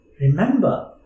remember